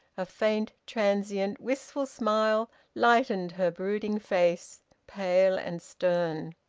a faint, transient, wistful smile lightened her brooding face, pale and stern.